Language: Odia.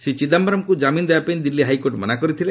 ଶ୍ରୀ ଚିଦାୟରମ୍ଙ୍କୁ ଜାମିନ୍ ଦେବା ପାଇଁ ଦିଲ୍ଲୀ ହାଇକୋର୍ଟ ମନା କରିଦେଇଥିଲେ